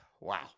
Wow